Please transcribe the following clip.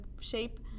shape